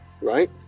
Right